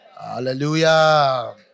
Hallelujah